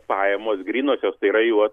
pajamos grynosios tai yra jų